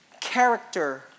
character